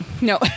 No